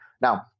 now